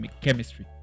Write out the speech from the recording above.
chemistry